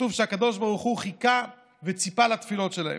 כתוב שהקדוש ברוך הוא חיכה וציפה לתפילות שלהן.